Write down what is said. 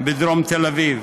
בדרום תל אביב.